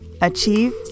achieve